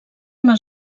una